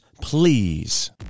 please